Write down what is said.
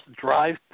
drive